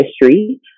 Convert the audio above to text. history